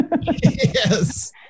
yes